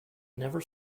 never